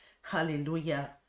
hallelujah